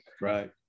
Right